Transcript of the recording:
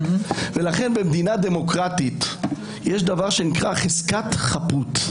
לכן במדינה דמוקרטית יש דבר שנקרא חזקת חפות.